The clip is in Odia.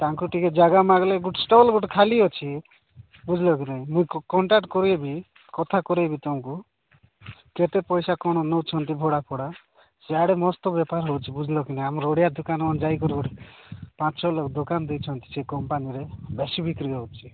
ତାଙ୍କୁ ଟିକେ ଜାଗା ମାଗିଲେ ଗୋଟେ ଷ୍ଟଲ୍ ଗୋଟେ ଖାଲି ଅଛି ବୁଝିଲ କି ନାହିଁ ମୁଁ କଣ୍ଟାକ୍ଟ କରଆଇବି କଥା କରାଇବି ତାଙ୍କୁ କେତେ ପଇସା କ'ଣ ନେଉଛନ୍ତି ଭୋଡ଼ା ଫୋଡ଼ା ସିଆଡ଼େ ମସ୍ତ ବେପାର ହେଉଛି ବୁଝିଲ କି ନାହିଁ ଆମର ଓଡ଼ିଆ ଦୋକାନ ଯାଇକରୁ ପାଞ୍ଚଛଅ ଲୋକ ଦୋକାନ ଦେଇଛନ୍ତି ସେ କମ୍ପାନୀରେ ବେଶୀ ବିକ୍ରି ହେଉଛି